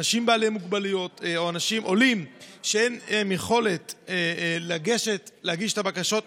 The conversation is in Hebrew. אנשים בעלי מוגבלויות או עולים חדשים שאין להם יכולת להגיש את הבקשות.